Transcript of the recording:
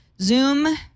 Zoom